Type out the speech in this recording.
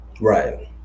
Right